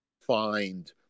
find